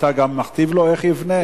אתה גם מכתיב לו איך יבנה?